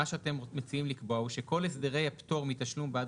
מה שאתם מציעים לקבוע הוא שכל הסדרי הפטור מתשלום בעד